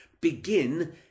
Begin